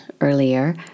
earlier